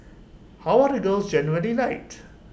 how are the girls generally light